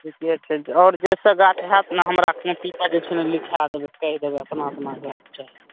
ठीके छै आओर जे सब गाछ होएत ने हमरा कॉपी पर जे छै ने लिखाए देबै कहि देबै अपना अपना जाएके चाही